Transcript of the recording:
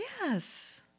Yes